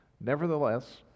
Nevertheless